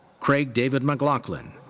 craig david mclaughlin.